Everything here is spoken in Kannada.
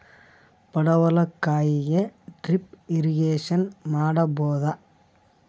ಪಡವಲಕಾಯಿಗೆ ಡ್ರಿಪ್ ಇರಿಗೇಶನ್ ಮಾಡಬೋದ?